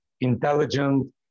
intelligent